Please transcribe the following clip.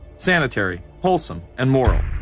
sanitary, wholesome and moral.